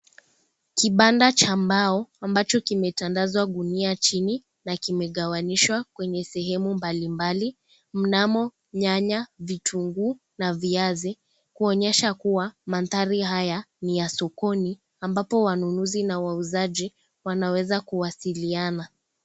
Kibanda cha mbao, ambacho kimetandazwa gunia chini na kimegawanyishwa kwenye sehemu mbalimbali mnamo, nyanya, vitunguu na viazi. Kuonyesha kuwa mandhari haya ni ya sokoni ambapo wanunuzi na wauzaji wanaweza kuwasiliana.